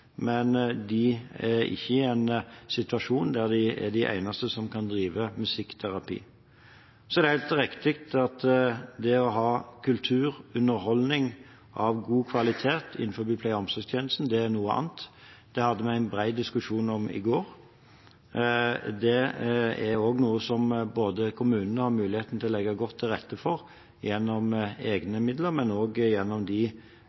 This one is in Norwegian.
men de er ikke i en situasjon der de er de eneste som kan drive musikkterapi. Det er helt riktig at det å ha kultur og underholdning av god kvalitet i pleie- og omsorgstjenesten er noe annet. Det hadde vi en bred diskusjon om i går. Det er også noe som kommunene har muligheten til å legge godt til rette for gjennom egne midler, men også gjennom de